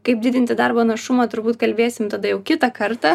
kaip didinti darbo našumą turbūt kalbėsim tada jau kitą kartą